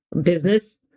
business